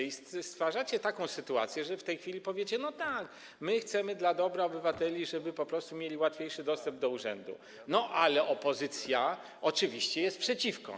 I stwarzacie taką sytuację, że w tej chwili powiecie: no tak, my chcemy tego dla dobra obywateli, żeby po prostu mieli łatwiejszy dostęp do urzędu, ale opozycja oczywiście jest przeciwko.